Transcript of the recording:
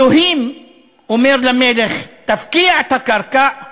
אלוהים אומר למלך: תפקיע את הקרקע,